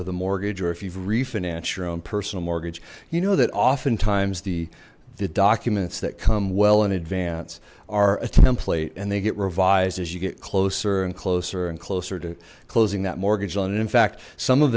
with a mortgage or if you've refinanced your own personal mortgage you know that oftentimes the the documents that come well in advance are a template and they get revised as you get closer and closer and closer to closing that mortgage loan and in fact some of